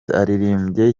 aririmbye